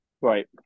Right